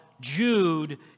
Jude